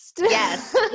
Yes